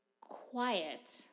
quiet